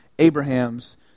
Abraham's